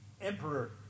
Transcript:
emperor